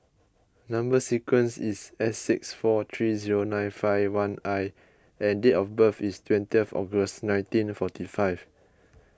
Number Sequence is S six four three zero nine five one I and date of birth is twenty August nineteen forty five